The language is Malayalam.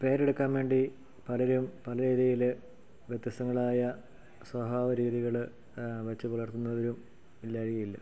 പേരെടുക്കാൻ വേണ്ടി പലരും പല രീതിയിൽ വ്യത്യസ്തങ്ങളായ സ്വഭാവ രീതികൾ വെച്ചു പുലർത്തുന്നവരും ഇല്ലായ്കയില്ല